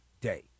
day